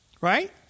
Right